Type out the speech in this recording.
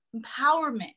empowerment